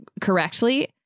correctly